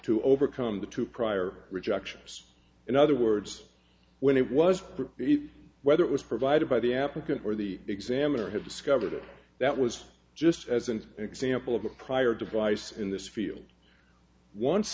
to overcome the two prior rejections in other words when it was whether it was provided by the applicant or the examiner had discovered it that was just as an example of a prior device in this field once